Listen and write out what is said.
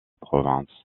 provence